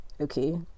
Okay